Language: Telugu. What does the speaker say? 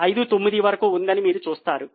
59 వరకు ఉందని మీరు చూస్తారు